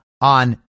on